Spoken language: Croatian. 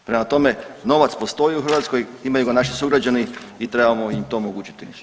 Prema tome, novac postoji u Hrvatskoj, imaju ga naši sugrađani i trebamo im to omogućiti.